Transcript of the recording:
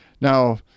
Now